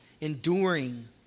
enduring